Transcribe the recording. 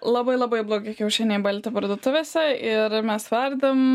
labai labai blogi kiaušiniai balti parduotuvėse ir mes verdam